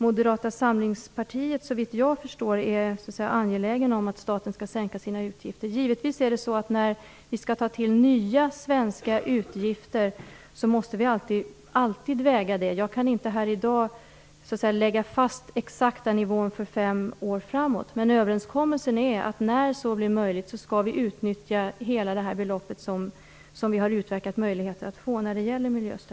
Såvitt jag förstår är man inom Moderata samlingspartiet angelägen om att staten skall sänka sina utgifter. När vi skall ta till nya svenska utgifter måste vi givetvis alltid avväga dessa. Jag kan inte här i dag lägga fast den exakta nivån för fem år framåt. Överenskommelsen är dock den att när så blir möjligt skall vi utnyttja hela det belopp till miljöstöd vi har utverkat möjligheter att få.